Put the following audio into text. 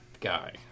guy